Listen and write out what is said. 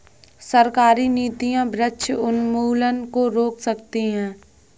सरकारी नीतियां वृक्ष उन्मूलन को रोक सकती है